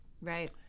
Right